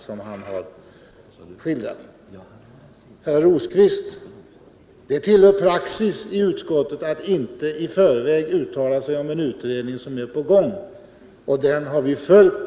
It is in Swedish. Till herr Rosqvist vill jag säga att det tillhör praxis i utskottet att inte i förväg uttala sig om en utredning som är på gång. Denna praxis har vi följt.